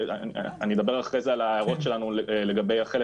ואני אדבר אחרי זה על ההערות שלנו לגבי החלק